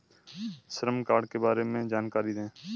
श्रम कार्ड के बारे में जानकारी दें?